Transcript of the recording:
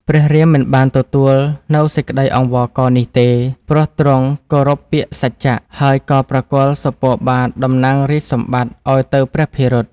ព្រះរាម មិនបានទទួលនូវសេចក្តីអង្វរករនេះទេ ព្រោះទ្រង់គោរពពាក្យសច្ចៈ ហើយក៏ប្រគល់សុពណ៌បាទតំណាងរាជ្យសម្បត្តិ ឱ្យទៅព្រះភិរុត។